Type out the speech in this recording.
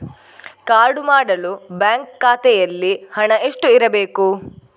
Card ಮಾಡಲು bank ಖಾತೆಯಲ್ಲಿ ಹಣ ಎಷ್ಟು ಇರಬೇಕು?